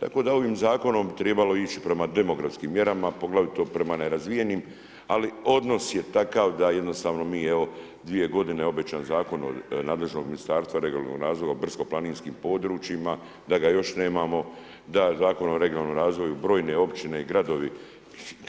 Tako da ovim zakonom bi trebalo ići prema demografskim mjerama poglavito prema nerazvijenim ali odnos je takav da jednostavno mi evo 2 godine obećan Zakon od nadležnog Ministarstva regionalnog razvoja o brdsko-planinskim područjima da ga još nemamo, da Zakon o regionalnom razvoju brojne općine i gradovi